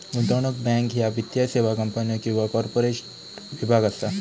गुंतवणूक बँक ह्या वित्तीय सेवा कंपन्यो किंवा कॉर्पोरेट विभाग असा